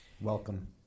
welcome